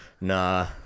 Nah